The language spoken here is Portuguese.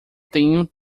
tenho